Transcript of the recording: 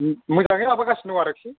मो मोजाङै माबागासिनो दं आरोखि